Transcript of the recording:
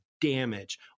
damage